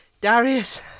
Darius